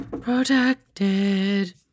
protected